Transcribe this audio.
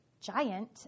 giant